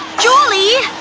julie!